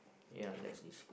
ya that is